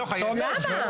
למה?